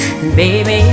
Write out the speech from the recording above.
Baby